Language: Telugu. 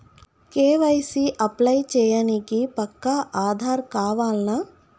కే.వై.సీ అప్లై చేయనీకి పక్కా ఆధార్ కావాల్నా?